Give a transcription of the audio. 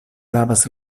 lavas